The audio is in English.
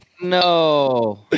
no